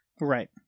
right